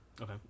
Okay